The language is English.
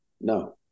No